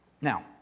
Now